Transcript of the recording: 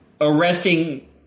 arresting